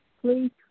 please